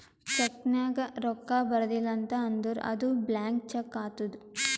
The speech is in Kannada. ಚೆಕ್ ನಾಗ್ ರೊಕ್ಕಾ ಬರ್ದಿಲ ಅಂತ್ ಅಂದುರ್ ಅದು ಬ್ಲ್ಯಾಂಕ್ ಚೆಕ್ ಆತ್ತುದ್